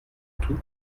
tout